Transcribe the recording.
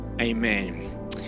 amen